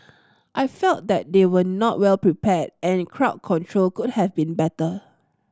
I felt that they were not well prepared and crowd control could have been better